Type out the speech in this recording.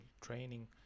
training